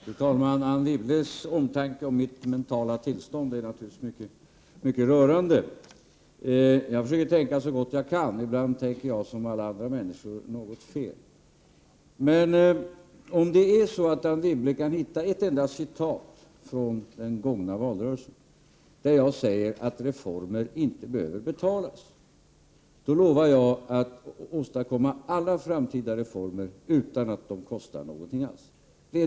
Fru talman! Anne Wibbles omtanke om mitt mentala tillstånd är naturligtvis mycket rörande. Jag försöker tänka så gott jag kan. Ibland tänker jag, som alla andra människor, något fel. Om det emellertid är så att Anne Wibble kan hitta ett enda citat från den gångna valrörelsen där jag säger att reformer inte behöver betalas, lovar jag att åstadkomma alla framtida reformer utan att de kostar någonting.